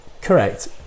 Correct